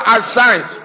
assigned